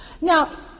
Now